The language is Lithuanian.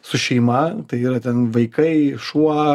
su šeima tai yra ten vaikai šuo